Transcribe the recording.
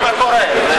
מה קורה?